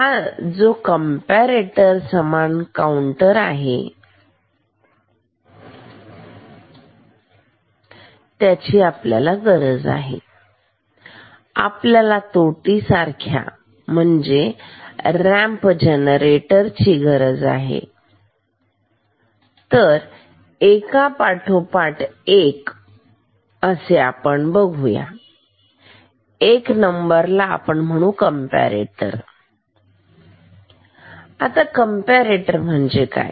तर जो कंपरेटर समान आहे काउंटर ची आपल्याला गरज आहे आणि आपल्याला तोटी सारख्या म्हणजेच रॅम्प जनरेटरची गरज आहे तर आता आपण एकापाठोपाठ एक बघूया एक नंबर ला आहे कंपरेटर आता कंपरेटर म्हणजे काय